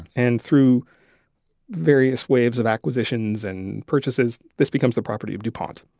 and through various waves of acquisitions and purchases, this becomes the property of dupont.